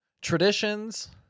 traditions